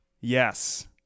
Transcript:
yes